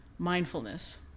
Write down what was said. mindfulness